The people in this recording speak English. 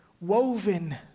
woven